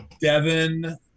Devin